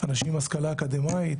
אנשים עם השכלה אקדמית.